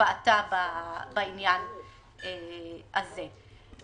השפעתה בעניין הזה.